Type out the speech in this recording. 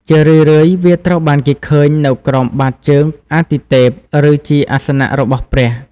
ជារឿយៗវាត្រូវបានគេឃើញនៅក្រោមបាតជើងអាទិទេព ឬជាអាសនៈរបស់ព្រះ។